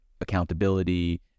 accountability